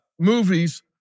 Movies